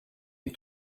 des